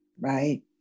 right